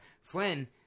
Flynn